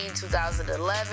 2011